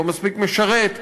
לא מספיק משרת,